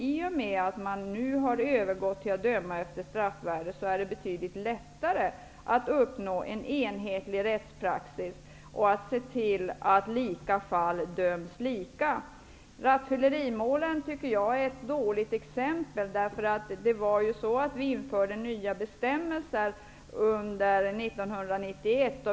I och med att man nu övergått till att döma efter straffvärde är det betydligt lättare att uppnå en enhetlig rättspraxis och se till att lika fall döms lika. Rattfyllerimålen är ett dåligt exempel, eftersom det infördes nya bestämmelser den 1 juli 1991.